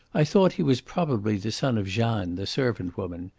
i thought he was probably the son of jeanne, the servant-woman.